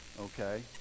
okay